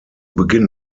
beginn